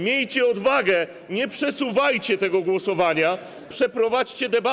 Miejcie odwagę, nie przesuwajcie tego głosowania, przeprowadźcie debatę.